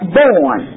born